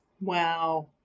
Wow